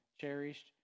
cherished